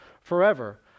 forever